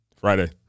Friday